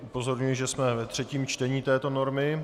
Upozorňuji, že jsme ve třetím čtení této normy.